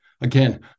Again